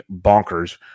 bonkers